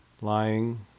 lying